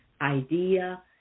idea